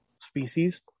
species